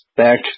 back